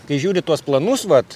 kai žiūri tuos planus vat